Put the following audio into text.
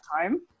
time